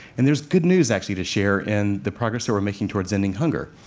and there's good news, actually, to share in the progress we're making towards ending hunger.